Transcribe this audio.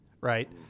right